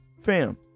fam